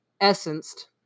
essenced